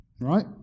right